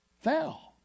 fell